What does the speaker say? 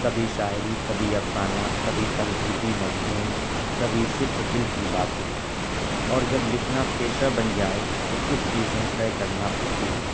کبھی شاعری کبھی افسانہ کبھی تنقیدی مضمون کبھی صرف دل کی باتیں اور جب لکھنا پیشہ بن جائے تو کچھ چیزیں طے کرنا پڑتی ہیں